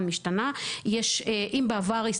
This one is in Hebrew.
אני חושבת שאנחנו המון זמן בתוך הדבר הזה וכבר